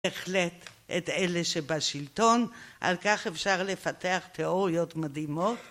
בהחלט את אלה שבשלטון על כך אפשר לפתח תיאוריות מדהימות